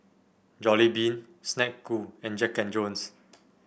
Jollibean Snek Ku and Jack And Jones